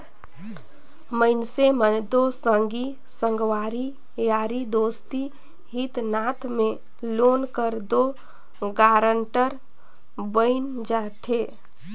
मइनसे मन दो संगी संगवारी यारी दोस्ती हित नात में लोन कर दो गारंटर बइन जाथे